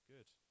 Good